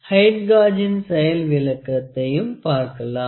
height காஜின் செயல் விளக்கத்தையும் பார்க்கலாம்